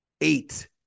eight